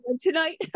tonight